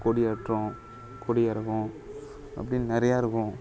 கொடியேற்றம் கொடியிறக்கம் அப்படின்னு நெறையா இருக்கும்